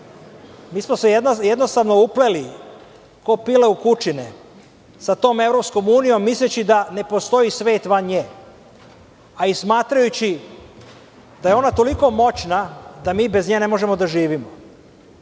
i Brisel. Jednostavno smo se upleli ko pile u kučine sa tom EU misleći da ne postoji svet van nje, a i smatrajući da je ona toliko moćna da mi bez nje ne možemo da živimo.